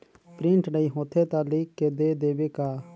Print नइ होथे ता लिख के दे देबे का?